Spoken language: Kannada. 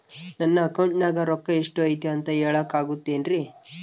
ನನ್ನ ಅಕೌಂಟಿನ್ಯಾಗ ರೊಕ್ಕ ಎಷ್ಟು ಐತಿ ಅಂತ ಹೇಳಕ ಆಗುತ್ತೆನ್ರಿ?